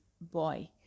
boy